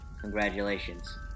Congratulations